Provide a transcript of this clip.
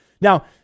Now